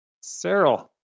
Cyril